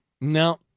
No